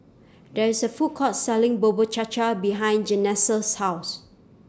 There IS A Food Court Selling Bubur Cha Cha behind Janessa's House